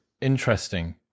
Interesting